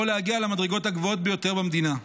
להגיע למדרגות הגבוהות ביותר במדינה.